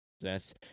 Yes